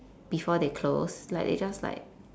before they close like they just like